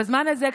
בזמן הזה,